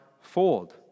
fold